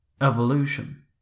Evolution